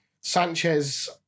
Sanchez